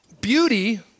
beauty